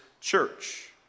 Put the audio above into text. church